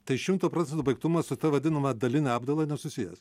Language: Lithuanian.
tai šimto procentų baigtumas su ta vadinama daline apdaila nesusijęs